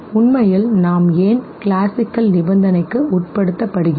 உண்மையில் நாம் ஏன் கிளாசிக்கல் நிபந்தனைக்கு உட்படுத்தப்படுகிறோம்